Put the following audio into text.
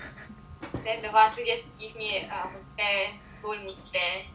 then a வாத்து:vaathu give me a முட்டை குமுட்டை:muttai kumuttai